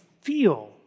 feel